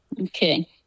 Okay